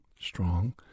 strong